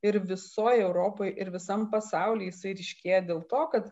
ir visoj europoj ir visam pasauly jisai ryškėja dėl to kad